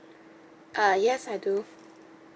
uh yes I do